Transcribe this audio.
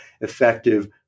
effective